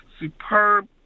superb